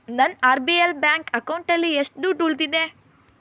ನನ್ನ R B L bank ಅಕೌಂಟಲ್ಲಿ ಎಷ್ಟು ದುಡ್ಡು ಉಳಿದಿದೆ